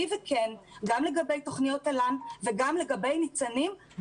וכן גם לגבי תוכניות תל"ן וגם לגבי ניצנים.